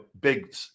big